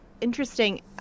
interesting